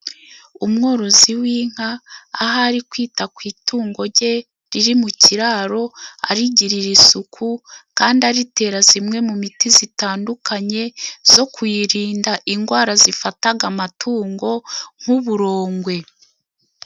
Umworozi w'inka ahari kwita ku itungo ge riri mu kiraro, arigirira isuku kandi aritera zimwe mu miti zitandukanye zo kuyirinda indwara zifataga amatungo nk'uburongwe.